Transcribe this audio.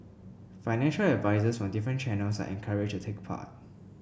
financial advisers from different channels are encouraged to take part